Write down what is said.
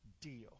deal